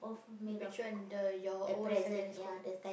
which one the your old secondary school